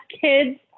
kids